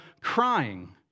crying